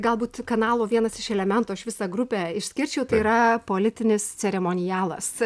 galbūt kanalo vienas iš elementų aš visą grupę išskirčiau tai yra politinis ceremonialas